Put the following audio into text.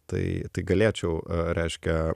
tai tai galėčiau reiškia